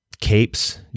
capes